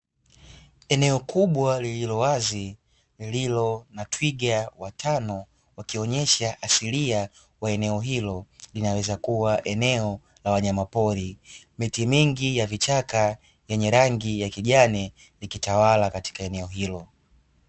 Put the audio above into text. Eneo kubwa lililo wazi lililo na twiga watano wakionesha asilia wa eneo hilo, linaweza kuwa eneo la wanyama pori. Miti mingi ya vichaka yenye rangi ya kijani ikitawala katika eneo hilo.